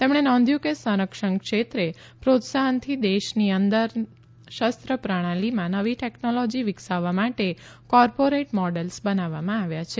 તેમણે નોંધ્યું કે સંરક્ષણ ક્ષેત્રે પ્રોત્સાહનથી દેશની અંદર શસ્ત્ર પ્રણાલીમાં નવી ટેકનોલોજી વિકસાવવા માટે કોર્પોરિટ મોડેલ્સ બનાવવામાં આવ્યા છે